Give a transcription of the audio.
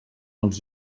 els